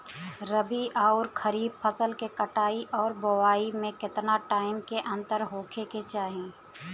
रबी आउर खरीफ फसल के कटाई और बोआई मे केतना टाइम के अंतर होखे के चाही?